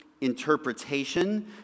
interpretation